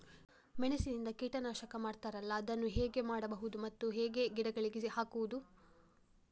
ಮೆಣಸಿನಿಂದ ಕೀಟನಾಶಕ ಮಾಡ್ತಾರಲ್ಲ, ಅದನ್ನು ಹೇಗೆ ಮಾಡಬಹುದು ಮತ್ತೆ ಹೇಗೆ ಗಿಡಗಳಿಗೆ ಹಾಕುವುದು?